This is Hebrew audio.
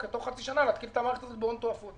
תוך חצי שנה להתקין את המערכת הזאת בהון תועפות.